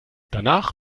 danach